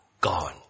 gone